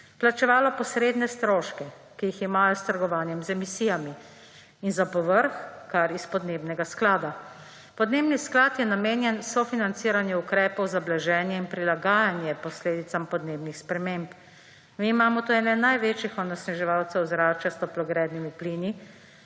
plačevalo posredne stroške, ki jih imajo s trgovanjem z emisijami, in za povrh, kar iz podnebnega sklada. Podnebni sklad je namenjen sofinanciranju ukrepov za blaženje in prilagajanje posledicam podnebnih sprememb. Mi imamo tu ene največjih onesnaževalcev ozračja s toplogrednimi plini,